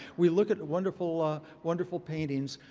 we look at wonderful ah wonderful paintings,